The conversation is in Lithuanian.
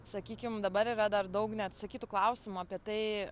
sakykim dabar yra dar daug neatsakytų klausimų apie tai